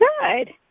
Good